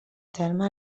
terme